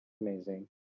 amazing